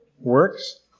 works